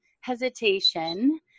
hesitation